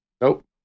Nope